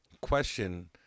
question